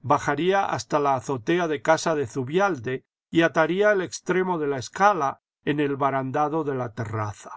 bajaría hasta la azotea de casa de zubialde y ataría el extremo de la escala en el barandado de ja terraza